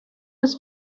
was